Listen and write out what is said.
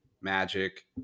Magic